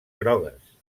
grogues